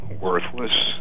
worthless